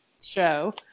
show